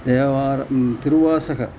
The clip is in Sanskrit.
देवाः तिरुवासः